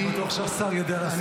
אני בטוח שהשר יודע להסביר את עצמו.